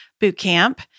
Bootcamp